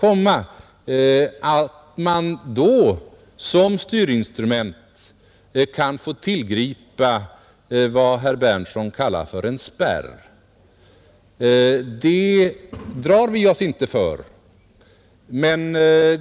Vi drar oss där inte för att som styrinstrument tillgripa vad herr Berndtson kallar för en spärr.